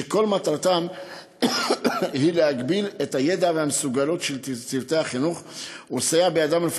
וכל מטרתם היא להגביר את הידע והמסוגלות של צוותי החינוך ולסייע להם